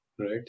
right